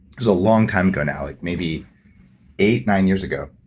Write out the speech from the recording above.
it was a long time ago now, like maybe eight, nine years ago,